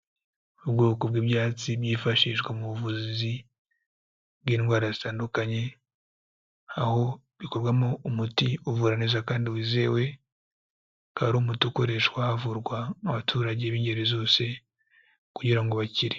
Ubwoko bw'ibyatsi byifashishwa mu buvuzi bw'indwara zitandukanye, aho bikorwamo umuti uvura neza kandi wizewe, akaba ari umuti ukoreshwa havurwa abaturage b'ingeri zose kugira ngo bakire.